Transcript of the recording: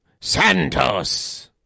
Santos